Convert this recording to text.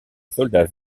soldats